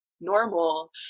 normal